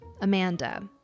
Amanda